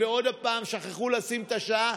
ועוד הפעם שכחו לשים את השעה,